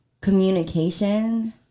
communication